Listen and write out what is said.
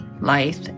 life